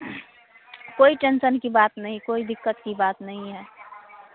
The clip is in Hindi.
कोई टेन्सन की बात नहीं कोई दिक्कत की बात नहीं है